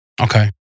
Okay